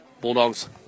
Bulldogs